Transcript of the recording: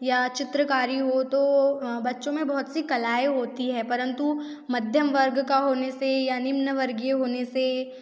या चित्रकारी हो तो बच्चों में बहुत सी कलाएं होती हैं परन्तु मध्यम वर्ग के होने से या निम्न वर्गीय होने से